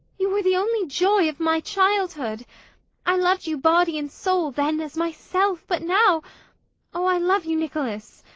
you were the only joy of my childhood i loved you body and soul then, as myself, but now oh, i love you, nicholas!